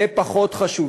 זה פחות חשוב,